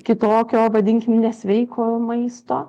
kitokio vadinkime nesveiko maisto